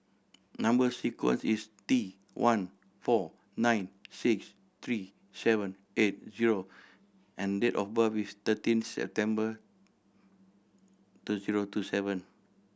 number sequence is T one four nine six three seven eight zero and date of birth is thirteen September two zero two seven